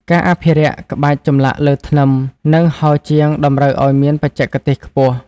ការអភិរក្សក្បាច់ចម្លាក់លើធ្នឹម និងហោជាងតម្រូវឱ្យមានបច្ចេកទេសខ្ពស់។